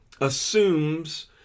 assumes